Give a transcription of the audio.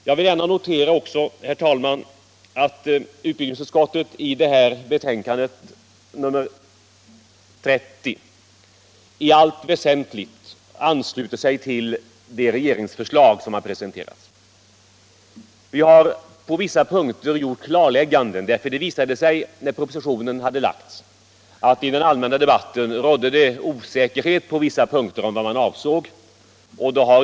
Jag vill också gärna notera, herr talman, att utbildningsutskottet i betänkandet nr 30 i allt väsentligt ansluter sig till det regeringsförslag som har presenterats. Vi har på vissa punkter gjort klarlägganden, för det visade sig, när propositionen hade framlagts, att det i den allmänna debatten rådde osäkerhet på vissa punkter om vad man avsåg.